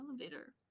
elevator